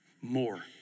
more